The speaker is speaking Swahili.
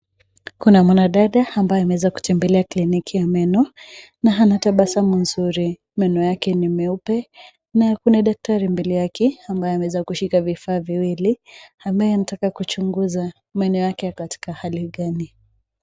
Kuna mwanadada ambaye ameweza kutembelea kliniki ya meno na ana tabasamu nzuri. Meno yake ni meupe, na kuna daktari mbele yake ambaye ameweza kushika vifaa viwili ambaye anataka kuchunguza meno yake yako katika hali gani.